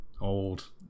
Old